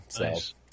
Nice